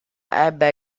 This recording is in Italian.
ebbe